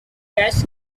gas